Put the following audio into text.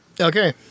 Okay